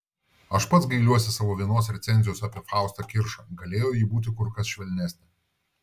aš pats gailiuosi savo vienos recenzijos apie faustą kiršą galėjo ji būti kur kas švelnesnė